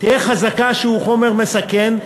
תהא חזקה שהוא חומר מסכן,